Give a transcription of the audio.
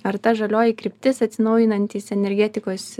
ar ta žalioji kryptis atsinaujinantys energetikos